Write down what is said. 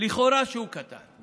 שהוא קטן לכאורה.